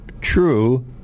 true